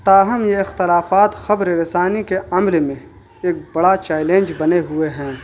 تاہم یہ اختلاافات خبر رسانی کے عمل میں ایک بڑا چیلنج بنے ہوئے ہیں